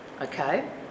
okay